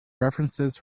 references